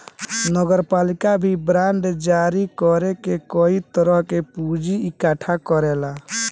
नगरपालिका भी बांड जारी कर के कई तरह से पूंजी इकट्ठा करेला